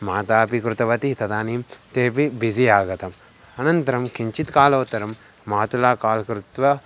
माता अपि कृतवती तदानीं तेपि बिज़ि आगतम् अनन्तरं किञ्चित् कालोत्तरं मातुलः काल् कृत्वा